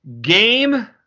Game